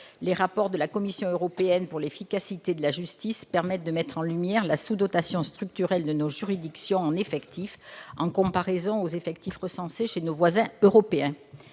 Les rapports de la Commission européenne pour l'efficacité de la justice permettent de mettre en lumière la sous-dotation structurelle de nos juridictions en effectifs, par comparaison avec les effectifs recensés chez nos voisins européens.